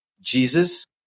Jesus